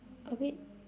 a bit